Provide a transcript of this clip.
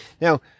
Now